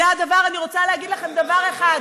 זה מה שאת לא מבינה,